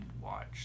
watch